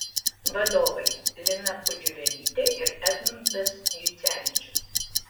vadovai lina pudžiuvelytė ir edmundas jucevičius